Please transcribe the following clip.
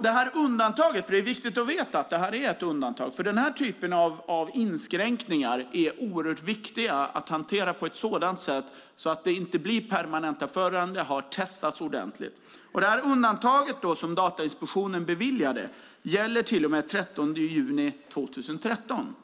Det är viktigt att veta att det är ett undantag, för den här typen av inskränkningar är det viktigt att hantera på ett sådant sätt att de inte blir permanenta förrän de har testats ordentligt. Det undantag som Datainspektionen beviljade gäller till och med den 30 juni 2013.